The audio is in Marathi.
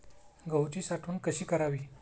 गहूची साठवण कशी करावी?